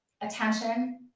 Attention